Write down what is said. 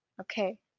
okay